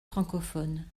francophones